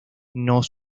nos